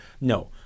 No